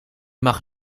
mag